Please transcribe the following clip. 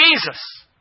Jesus